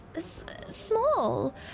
small